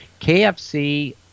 KFC